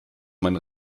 mein